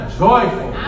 joyful